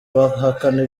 bahakana